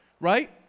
right